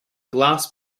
glass